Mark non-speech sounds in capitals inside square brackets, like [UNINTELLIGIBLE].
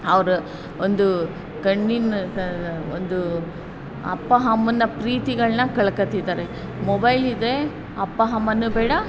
ಅವ್ರು ಒಂದು ಕಣ್ಣಿನ [UNINTELLIGIBLE] ಒಂದೂ ಅಪ್ಪ ಅಮ್ಮನ ಪ್ರೀತಿಗಳನ್ನ ಕಳ್ಕೊಳ್ತಿದ್ದಾರೆ ಮೊಬೈಲ್ ಇದೆ ಅಪ್ಪ ಅಮ್ಮನೂ ಬೇಡ